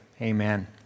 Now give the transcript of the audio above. Amen